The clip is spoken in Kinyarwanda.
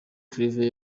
claver